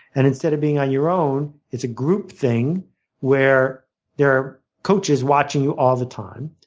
and instead of being on your own, it's a group thing where there are coaches watching you all the time.